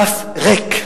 דף ריק,